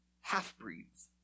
half-breeds